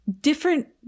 different